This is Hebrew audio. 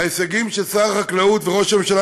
וההישגים ששר החקלאות וראש הממשלה